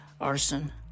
arson